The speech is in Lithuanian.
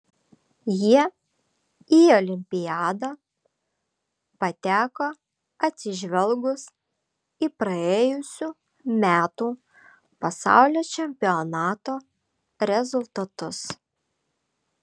jie į olimpiadą pateko atsižvelgus į praėjusių metų pasaulio čempionato rezultatus